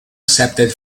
accepted